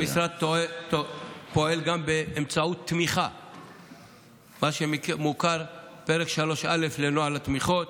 המשרד פועל גם באמצעות מה שמוכר כפרק 3א לנוהל התמיכות,